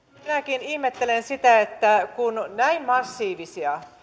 minäkin ihmettelen sitä että kun näin massiivisia